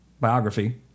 biography